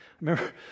remember